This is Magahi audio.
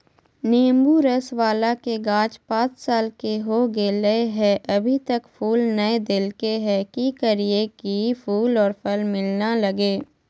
नेंबू रस बाला के गाछ पांच साल के हो गेलै हैं अभी तक फूल नय देलके है, की करियय की फूल और फल मिलना लगे?